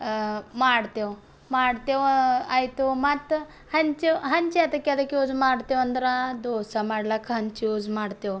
ಮಾಡ್ತೇವೆ ಮಾಡ್ತೇವೆ ಆಯಿತು ಮತ್ತು ಹೆಂಚು ಹೆಂಚು ಏತಕ್ಕೆ ಅದಕ್ಕೆ ಯೂಸ್ ಮಾಡ್ತೀವೆಂದ್ರೆ ದೋಸೆ ಮಾಡ್ಲಕ್ಕ ಹೆಂಚು ಯೂಸ್ ಮಾಡ್ತೇವೆ